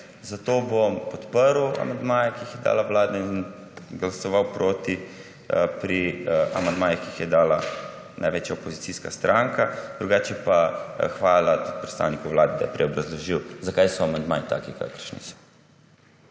zato bom podprl amandmaje, ki jih je dala Vlada in glasoval proti pri amandmajih, ki jih je dala največja opozicijska stranka, drugače pa hvala tudi predstavniku Vlade, da je prej obrazložil zakaj so amandmaji taki kakršni so.